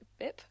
Bip